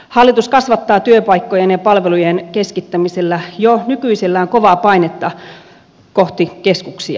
hallitus kasvattaa työpaikkojen ja palvelujen keskittämisellä jo nykyisellään kovaa painetta kohti keskuksia